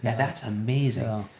and that's amazing.